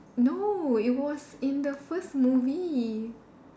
no it was in the first movie